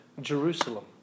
Jerusalem